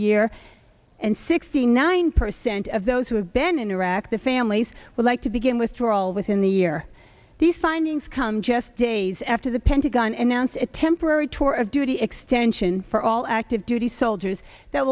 year and sixty nine percent of those who have been in iraq the families would like to begin withdrawal within the year these findings come just days after the pentagon and now it's a temporary tour of duty extension for all active duty soldiers that